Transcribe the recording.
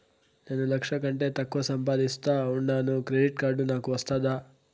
నేను లక్ష కంటే తక్కువ సంపాదిస్తా ఉండాను క్రెడిట్ కార్డు నాకు వస్తాదా